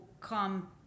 come